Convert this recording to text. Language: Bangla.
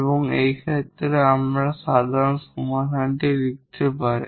এবং এই ক্ষেত্রে এইভাবে আমরা সাধারণ সমাধানটি লিখতে পারি